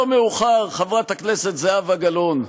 לא מאוחר, חברת הכנסת זהבה גלאון,